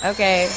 Okay